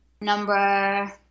Number